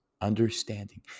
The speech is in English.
understanding